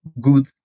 good